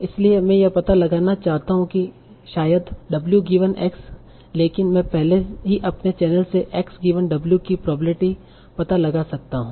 इसलिए मैं यह पता लगाना चाहता हूं कि शायद w गिवन x लेकिन लेकिन मैं पहले ही अपने चेनल से x गिवन w की प्रोबब्लिटी पता लगा सकता हूं